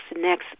next